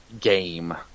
game